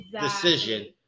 decision